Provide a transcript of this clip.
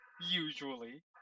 Usually